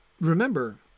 Remember